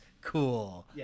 Cool